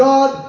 God